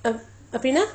அப்படினா:appadina